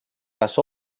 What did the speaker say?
kas